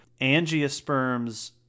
Angiosperms